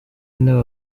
w’intebe